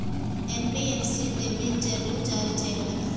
NBFC డిబెంచర్లు జారీ చేయగలదా?